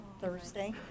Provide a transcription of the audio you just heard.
Thursday